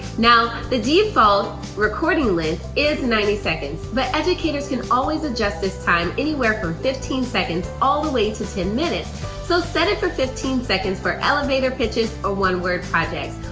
now, the default recording limit is ninety seconds. but educators can always adjust this time anywhere from fifteen seconds all the way to ten minutes. so set it for fifteen seconds for elevator pitches or one-word projects,